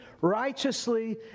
righteously